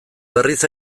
berriz